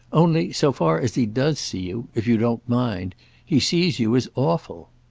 only, so far as he does see you if you don't mind he sees you as awful.